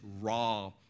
raw